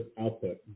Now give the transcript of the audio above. output